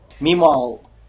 Meanwhile